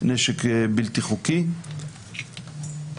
נשק בלתי חוקי; שניים,